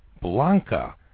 Blanca